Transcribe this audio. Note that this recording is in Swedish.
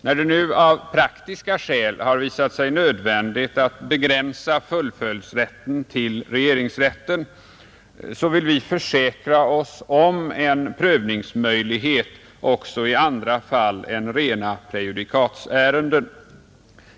När det nu av praktiska skäl har visat sig nödvändigt att begränsa fullföljdsrätten till regeringsrätten vill vi försäkra oss om en prövningsmöjlighet också i andra fall än rena prejudikatsärenden.